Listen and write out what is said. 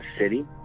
City